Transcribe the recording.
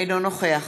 אינו נוכח